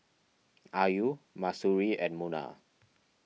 Ayu Mahsuri and Munah